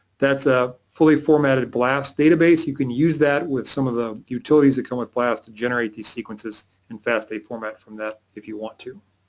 that's a fully formatted blast database you can use that with some of the utilities that come with blast to generate these sequences in fastsa format from that if you want to.